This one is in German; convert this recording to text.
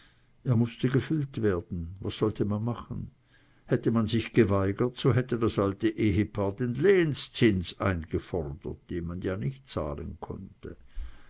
er mußte gefüllt werden was sollte man machen hätte man sich geweigert so hätte das alte ehepaar den lehenszins eingefordert den man ja nicht zahlen konnte